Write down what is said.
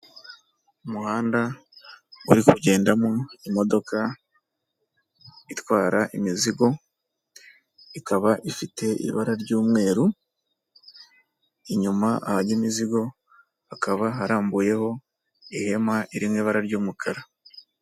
Umuhanda uri kugendamo imodoka itwara imizigo, ikaba ifite ibara ry'umweru, inyuma abarya imizigo hakaba harambuyeho ihema iri mu ibara ry'umukara.